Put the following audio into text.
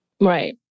Right